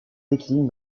décline